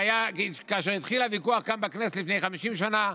כאשר התחיל הוויכוח כאן בכנסת לפני 50 שנה,